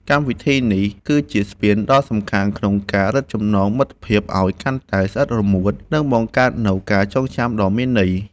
កម្មវិធីនេះគឺជាស្ពានដ៏សំខាន់ក្នុងការរឹតចំណងមិត្តភាពឱ្យកាន់តែស្អិតរមួត និងបង្កើតនូវការចងចាំដ៏មានន័យ។